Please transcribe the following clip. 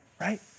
right